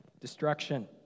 destruction